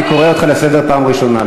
אני קורא אותך לסדר פעם ראשונה,